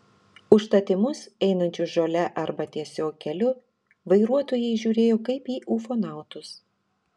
užtat į mus einančius žole arba tiesiog keliu vairuotojai žiūrėjo kaip į ufonautus